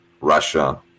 Russia